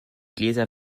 gläser